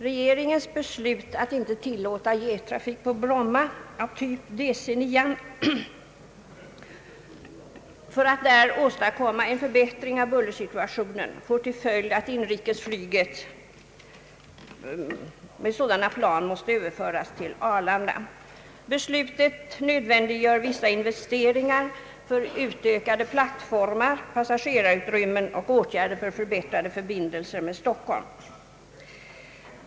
Regeringens beslut att inte tillåta jettrafik av typ DC 9 på Bromma för att åstadkomma en förbättring av bullersituationen där får till följd att inrikesflyg med sådana plan måste överföras till Arlanda, Beslutet nödvändiggör vissa investeringar för utökade plattformar, passagerarutrymmen och åtgärder för förbättrade förbindelser med Stockholm.